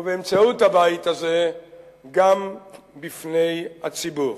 ובאמצעות הבית הזה גם בפני הציבור.